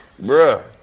Bruh